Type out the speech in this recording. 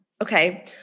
okay